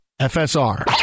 FSR